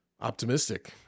optimistic